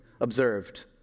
Observed